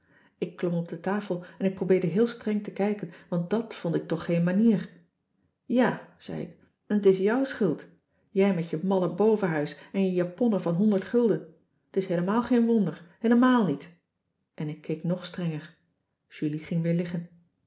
ik klom op de tafel en ik probeerde heel streng te kijken want dàt vond ik toch geen manier ja zei ik en t is jouw schuld jij met je malle bovenhuis en je japonnen van honderd gulden t is heelemaal geen wonder heelemaal niet en ik keek nog strenger julie ging weer liggen